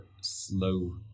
slow